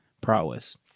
prowess